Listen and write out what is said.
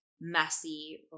messy